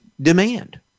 demand